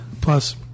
Plus